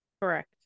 correct